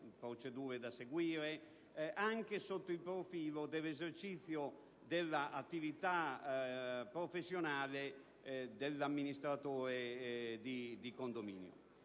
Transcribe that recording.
procedure da seguire anche sotto il profilo dell'esercizio dell'attività professionale dell'amministratore di condominio.